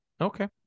Okay